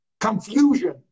confusion